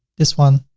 this one.